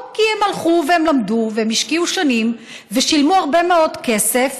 כי הם הלכו והם למדו והם השקיעו שנים ושילמו הרבה מאוד כסף,